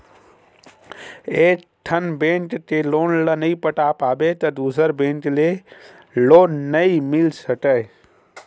एकठन बेंक के लोन ल नइ पटा पाबे त दूसर बेंक ले लोन नइ मिल सकय